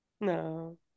No